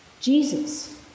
Jesus